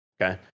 okay